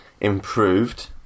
improved